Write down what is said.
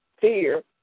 fear